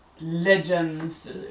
legends